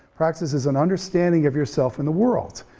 praxis is an understanding of yourself in the world,